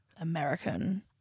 american